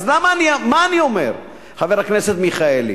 אז מה אני אומר, חבר הכנסת מיכאלי?